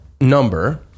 number